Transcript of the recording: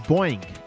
Boeing